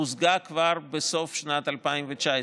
הושגה כבר בסוף שנת 2019,